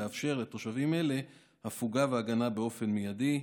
לאפשר לתושבים אלה הפוגה וההגנה באופן מיידי.